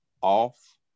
off